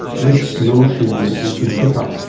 this notion that you can pick up,